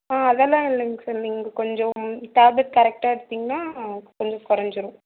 ஆ அதல்லாம் இல்லைங்க சார் நீங்கள் கொஞ்சம் டேப்லெட் கரெக்டாக எடுத்திங்கன்னா கொஞ்சம் கொறைஞ்சிரும்